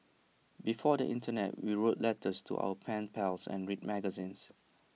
before the Internet we wrote letters to our pen pals and read magazines